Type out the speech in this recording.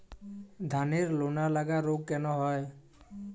ধানের লোনা লাগা রোগ কেন হয়?